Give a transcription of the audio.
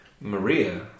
Maria